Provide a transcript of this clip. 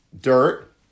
dirt